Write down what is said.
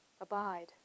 Abide